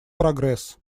прогресс